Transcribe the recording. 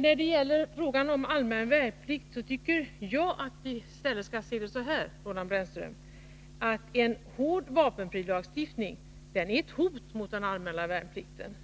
När det gäller frågan om allmän värnplikt tycker jag att vi i stället skall se det så här, Roland Brännström, att en hård vapenfrilagstiftning är ett hot mot den allmänna värnplikten.